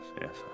yes